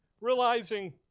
Realizing